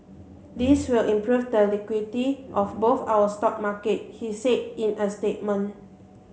this will improve the liquidity of both our stock markets he said in a statement